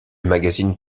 magazine